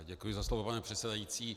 Děkuji za slovo, pane předsedající.